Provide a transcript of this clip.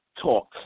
talk